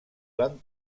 van